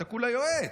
אתה כולה יועץ.